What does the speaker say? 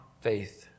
faith